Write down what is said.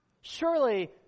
Surely